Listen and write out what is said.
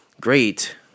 Great